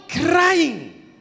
crying